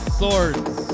swords